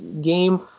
game